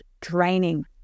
draining